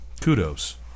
kudos